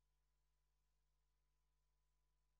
החלק